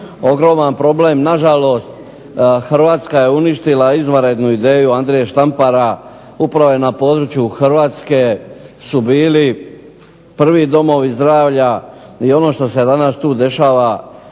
ogroman problem. Nažalost, Hrvatska je uništila izvanrednu ideju Andrije Štampara upravo na području Hrvatske su bili prvi domovi zdravlja i ono što se danas tu dešava